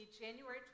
January